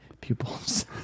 pupils